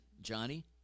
Johnny